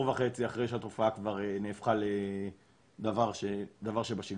וחצי אחרי שהתופעה כבר הפכה לדבר שבשגרה.